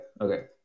Okay